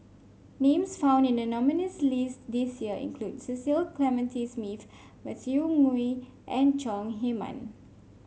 names found in the nominees' list this year include Cecil Clementi Smith Matthew Ngui and Chong Heman